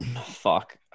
Fuck